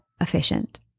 efficient